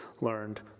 learned